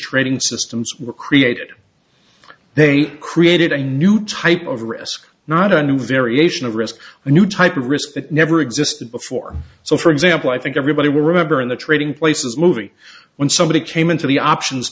trading systems were created they created a new type of risk not a new variation of risk a new type of risk that never existed before so for example i think everybody will remember in the trading places movie when somebody came into the options